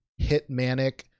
Hitmanic